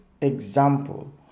example